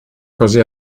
così